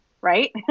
right